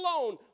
alone